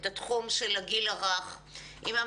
היא הייתה אחת המפקחות המובילות את התחום של הגיל הרך.